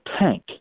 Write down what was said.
tank